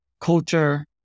culture